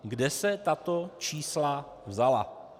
Kde se tato čísla vzala?